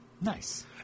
Nice